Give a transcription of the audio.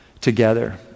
together